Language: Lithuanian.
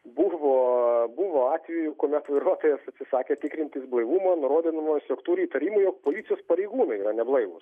buvo buvo atvejų kuomet vairuotojas atsisakė tikrintis blaivumą nurodydamas jog turiįtarimų jog policijos pareigūnai yra neblaivūs